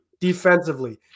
defensively